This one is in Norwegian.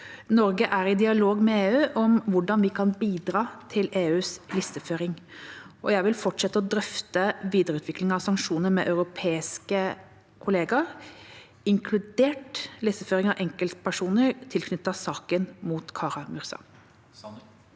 Norge er i dialog med EU om hvordan vi kan bidra til EUs listeføring, og jeg vil fortsette å drøfte videreutvikling av sanksjoner med europeiske kolleger, inkludert listeføring av enkeltpersoner tilknyttet saken mot Kara-Murza.